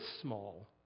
small